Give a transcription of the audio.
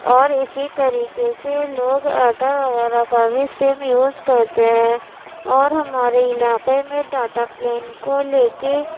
اور اسی طریقے سے لوگ ایرٹیل وغیرہ کا بھی سم یوز کرتے ہیں اور ہمارے علاقے میں ڈاٹا پلین کو لے کے